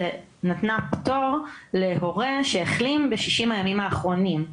זה נתנה פטור להורה שהחלים ב-60 הימים האחרונים.